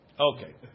Okay